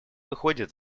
выходит